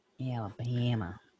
alabama